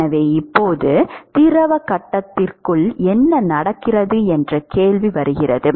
எனவே இப்போது திரவ கட்டத்திற்குள் என்ன நடக்கிறது என்ற கேள்வி வருகிறது